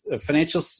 financial